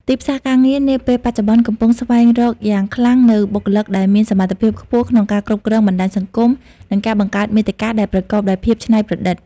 ទីផ្សារការងារនាពេលបច្ចុប្បន្នកំពុងស្វែងរកយ៉ាងខ្លាំងនូវបុគ្គលិកដែលមានសមត្ថភាពខ្ពស់ក្នុងការគ្រប់គ្រងបណ្តាញសង្គម និងការបង្កើតមាតិកាដែលប្រកបដោយភាពច្នៃប្រឌិត។